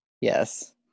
Yes